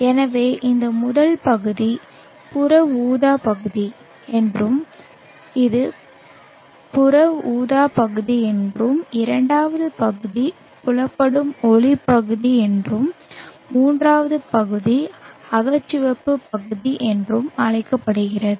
எனவே இந்த முதல் பகுதி புற ஊதா பகுதி என்றும் இது புற ஊதா பகுதி என்றும் இரண்டாவது பகுதி புலப்படும் ஒளி பகுதி என்றும் மூன்றாவது பகுதி அகச்சிவப்பு பகுதி என்றும் அழைக்கப்படுகிறது